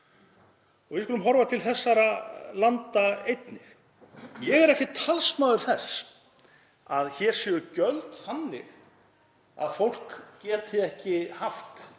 Við skulum horfa til þessara landa einnig. Ég er ekki talsmaður þess að hér séu gjöld þannig að fólk geti ekki haft